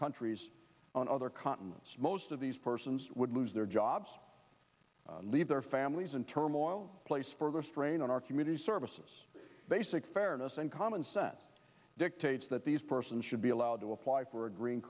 countries on other continents most of these persons would lose their jobs leave their families in turmoil place further strain on our community services basic fairness and common sense dictates that these persons should be allowed to apply for a green